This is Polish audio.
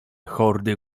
hordy